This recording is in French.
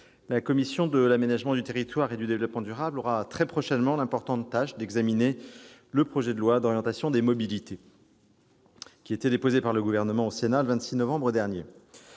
la commission de l'aménagement du territoire et du développement durable aura très prochainement l'importante tâche d'examiner le projet de loi d'orientation des mobilités, qui a été déposé par le Gouvernement au Sénat le 26 novembre dernier.